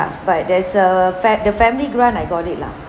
but but there's a fa~ the family grant I got it lah